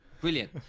brilliant